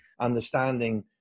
understanding